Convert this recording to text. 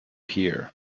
hear